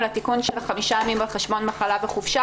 של החמישה ימים על חשבון מחלה וחופשה,